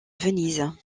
venise